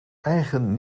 eigen